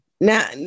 Now